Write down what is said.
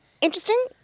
interesting